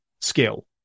skill